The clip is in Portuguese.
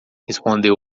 respondeu